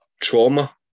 trauma